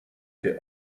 der